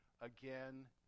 again